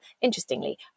interestingly